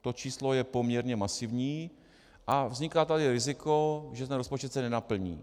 To číslo je poměrně masivní a vzniká tady riziko, že se rozpočet nenaplní.